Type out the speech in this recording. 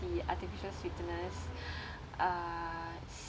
the artificial sweeteners uh